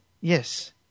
Yes